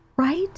right